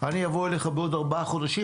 אני אבוא אליך בעוד ארבעה חודשים,